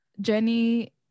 Jenny